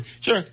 Sure